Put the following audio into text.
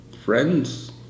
Friends